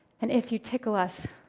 and if you tickle us,